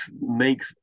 make